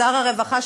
שר הרווחה,